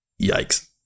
Yikes